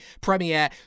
premiere